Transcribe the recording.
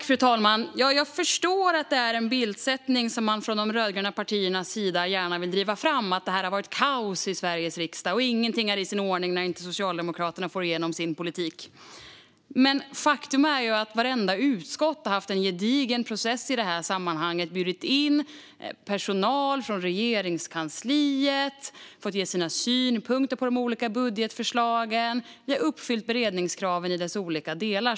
Fru talman! Det har varit kaos i Sveriges riksdag, och ingenting är i ordning när Socialdemokraterna inte får igenom sin politik. Jag förstår att detta är en bildsättning som de rödgröna partierna gärna vill driva. Faktum är att vartenda utskott har haft en gedigen process om detta. De har bjudit in personal från Regeringskansliet, som har fått ge sina synpunkter på de olika budgetförslagen. Vi har uppfyllt beredningskraven i dess olika delar.